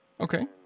Okay